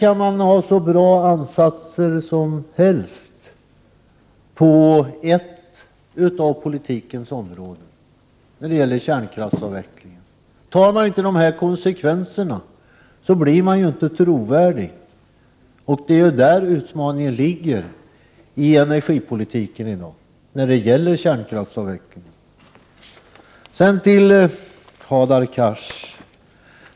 Ansatserna på ett av politikens områden, kärnkraftsavvecklingen, kan vara hur goda som helst. Men om man inte beaktar nämnda konsekvenser, blir politiken inte trovärdig. Det är där som utmaningen finns i dagens energipolitik. Sedan till Hadar Cars.